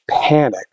panic